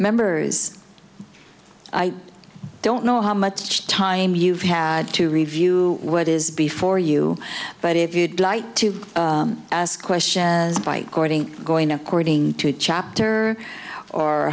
members i don't know how much time you've had to review what is before you but if you'd like to ask questions as by courting going according to a chapter or